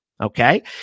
Okay